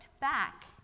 back